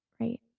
right